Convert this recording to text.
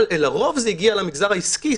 לרוב זה הגיע למגזר העסקי,